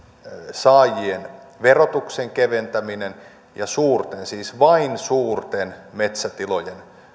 saajien verotuksen keventäminen ja suuren siis vain suuren metsätilan